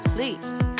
Please